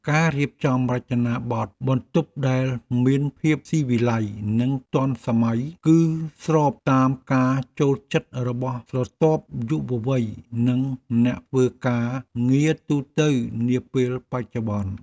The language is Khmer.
ការរៀបចំរចនាបទបន្ទប់ដែលមានភាពស៊ីវិល័យនិងទាន់សម័យ គឺស្របតាមការចូលចិត្តរបស់ស្រទាប់យុវវ័យនិងអ្នកធ្វើការងារទូទៅនាពេលបច្ចុប្បន្ន។